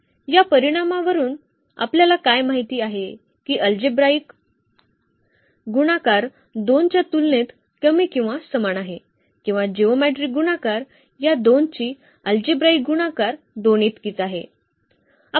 या परिणामावरून आपल्याला काय माहित आहे की अल्जेब्राईक गुणाकार 2 च्या तुलनेत कमी किंवा समान आहे किंवा जिओमेट्रीक गुणाकार या 2 ची अल्जेब्राईक गुणाकार 2 इतकीच आहे